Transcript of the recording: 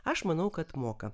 aš manau kad moka